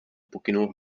pokynul